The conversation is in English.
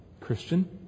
Christian